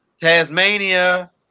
Tasmania